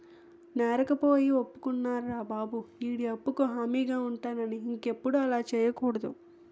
నేరకపోయి ఒప్పుకున్నారా బాబు ఈడి అప్పుకు హామీగా ఉంటానని ఇంకెప్పుడు అలా సెయ్యకూడదు